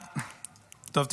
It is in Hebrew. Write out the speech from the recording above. טוב,